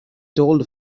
told